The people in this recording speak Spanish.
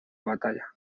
batalla